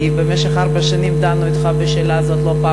כי במשך ארבע שנים דנו אתך על השאלה הזאת לא פעם אחת.